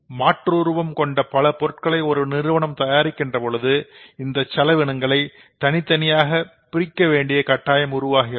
மாற்றுஉருவம் கொண்ட பல பொருள்களை ஒரு நிறுவனம் தயாரிக்கின்றபோது இந்த செலவினங்களை தனித்தனியாக பிரிக்க வேண்டிய கட்டாயம் உருவாகிறது